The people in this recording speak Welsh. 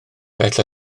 daeth